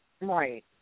Right